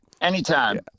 Anytime